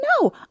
No